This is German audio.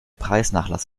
preisnachlass